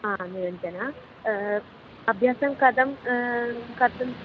हा निरञ्जना अभ्यासं कथं कर्तुम्